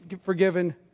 forgiven